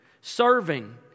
Serving